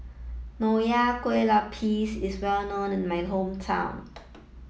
Nonya Kueh Lapis is well known in my hometown